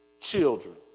children